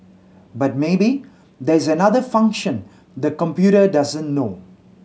but maybe there's another function the computer doesn't know